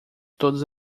todas